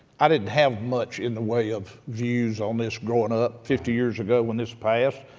i didn't have much in the way of views on this growing up, fifty years ago when this passed.